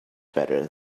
better